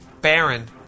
Baron